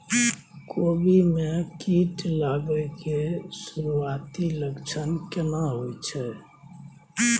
कोबी में कीट लागय के सुरूआती लक्षण केना होय छै